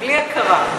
בלי הכרה.